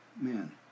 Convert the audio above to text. Man